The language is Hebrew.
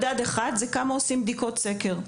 מדד אחד זה כמה עושים בדיקות סקר,